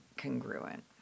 congruent